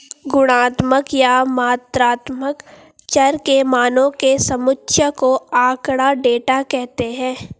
गुणात्मक या मात्रात्मक चर के मानों के समुच्चय को आँकड़ा, डेटा कहते हैं